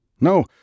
No